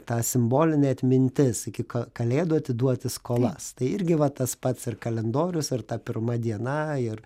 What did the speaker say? ta simbolinė atmintis iki ką kalėdų atiduoti skolas tai irgi va tas pats ir kalendorius ir ta pirma diena ir